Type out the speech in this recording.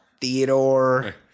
theodore